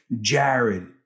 Jared